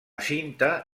cinta